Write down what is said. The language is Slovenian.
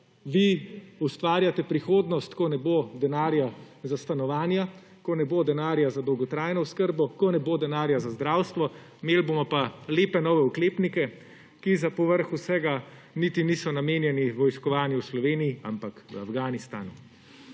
vi ustvarjate prihodnost, ko ne bo denarja za stanovanja, ko ne bo denarja za dolgotrajno oskrbo, ko ne bo denarja za zdravstvo. Imeli bomo pa lepe nove oklepnike, ki za povrh vsega niti niso namenjeni vojskovanju v Sloveniji, ampak v Afganistanu.